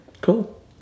Cool